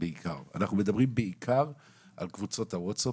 אנחנו מדברים בעיקר על קבוצות הווטסאפ,